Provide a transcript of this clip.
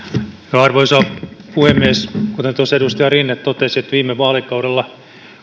arvoisa puhemies kuten tuossa edustaja rinne totesi viime vaalikaudella